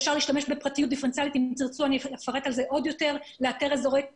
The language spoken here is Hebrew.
אפשר להשתמש בפרטיות דיפרנציאלית כדי לאתר אזורי התפרצות.